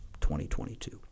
2022